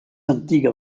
antiga